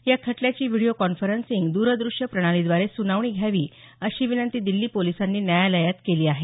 या खटल्याची video conferencing द्रदृश्य प्रणालीद्वारे सुनावणी घ्यावी अशी विनंती दिछी पोलिसांनी न्यायालयात केली आहे